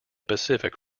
pacific